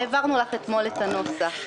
העברנו לך אתמול את הנוסח.